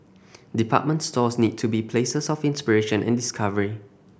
department stores need to be places of inspiration and discovery